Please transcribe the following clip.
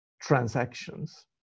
transactions